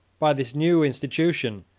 by this new institution,